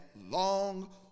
long